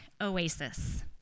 oasis